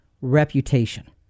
Reputation